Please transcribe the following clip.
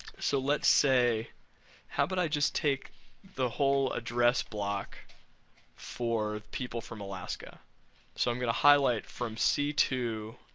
so, let's say how about but i just take the whole address block for the people from alaska so, i'm going to highlight from c two